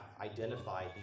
identify